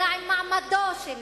אלא עם מעמדו של ליברמן.